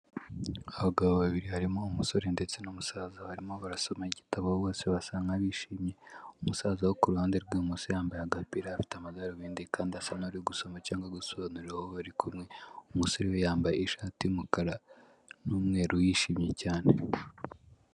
Abagabo babiri harimo umusore ndetse n'umusaza barimo barasoma igitabo bose basa nk'abishimye, umusaza wo ku ruhande rw'ibumoso yambaye agapira afite amadarubindi kandi asa nk'aho ari gusoma cyangwa gusobanurira uwo bari kumwe, umusore we yambaye ishati y'umukara n'umweru yishimye cyane.